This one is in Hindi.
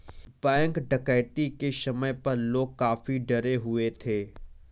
बैंक डकैती के समय पर लोग काफी डरे हुए थे